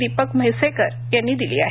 दिपक म्हैसेकर यांनी दिली आहे